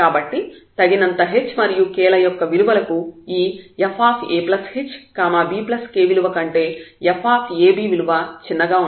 కాబట్టి తగినంత h మరియు k ల యొక్క విలువలకు ఈ fahbk విలువ కంటే fab విలువ చిన్నగా ఉంటుంది